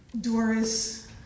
Doris